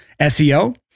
seo